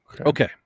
Okay